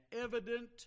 evident